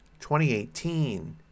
2018